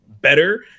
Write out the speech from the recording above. better